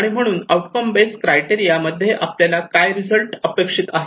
आणि म्हणून outcome based criteria मध्ये आपल्याला काय रिझल्ट अपेक्षित आहे